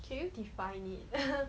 can you define it